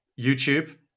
YouTube